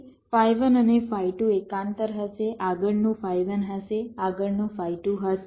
તેથી ફાઇ 1 અને ફાઇ 2 એકાંતર હશે આગળનું ફાઇ 1 હશે આગળનું ફાઇ 2 હશે